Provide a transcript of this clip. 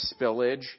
spillage